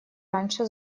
раньше